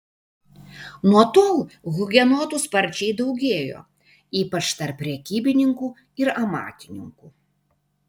nuo tol hugenotų sparčiai daugėjo ypač tarp prekybininkų ir amatininkų